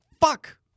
fuck